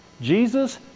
Jesus